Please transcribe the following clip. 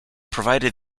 provided